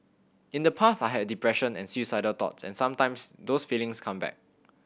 in the past I had depression and suicidal thoughts and sometimes those feelings come back